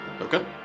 Okay